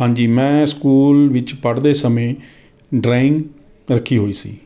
ਹਾਂਜੀ ਮੈਂ ਸਕੂਲ ਵਿੱਚ ਪੜ੍ਹਦੇ ਸਮੇਂ ਡਰਾਇੰਗ ਰੱਖੀ ਹੋਈ ਸੀ